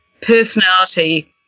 personality